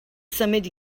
symud